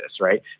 right